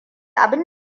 abin